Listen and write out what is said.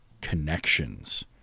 connections